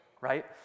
right